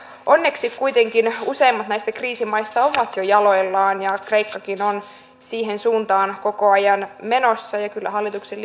onneksi kuitenkin useimmat näistä kriisimaista ovat jo jaloillaan ja kreikkakin on siihen suuntaan koko ajan menossa kyllä hallituksen